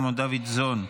סימון דוידסון,